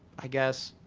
i guess,